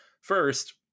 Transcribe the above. First